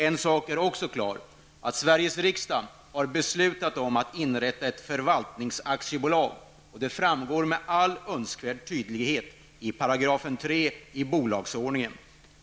En sak är också klar: Sveriges riksdag har beslutat om att inrätta ett förvaltningsaktiebolag. Det framgår med all önskvärd tydlighet av 3 § i bolagsordningen.